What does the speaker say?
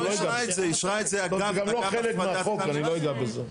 אני לא אגע בזה.